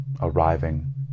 arriving